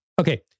Okay